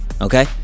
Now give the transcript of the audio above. Okay